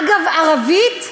אגב, ערבית ויהודית.